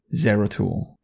Zeratul